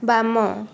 ବାମ